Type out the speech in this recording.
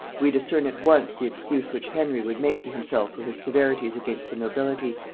we discern at once the excuse which henry would make to himself for his severities against the nobility,